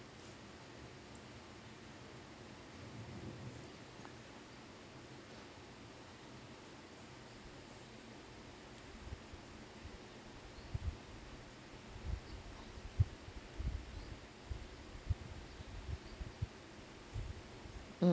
mm